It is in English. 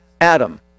Adam